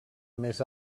més